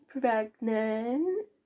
pregnant